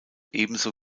ebenso